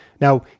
Now